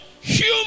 human